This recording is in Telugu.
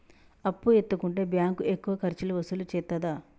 అప్పు ఎత్తుకుంటే బ్యాంకు ఎక్కువ ఖర్చులు వసూలు చేత్తదా?